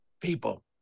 people